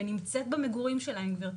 ונמצאת במגורים שלהם גבירתי,